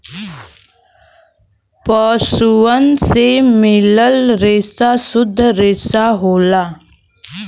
पसुअन से मिलल रेसा सुद्ध रेसा होला